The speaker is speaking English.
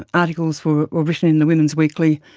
ah articles were written in the women's weekly,